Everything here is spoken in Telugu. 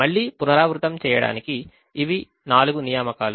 మళ్ళీ పునరావృతం చేయడానికి ఇవి నాలుగు నియామకాలు